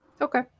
Okay